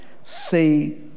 Say